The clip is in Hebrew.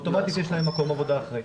יש להם מקום עבודה אחרי.